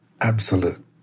absolute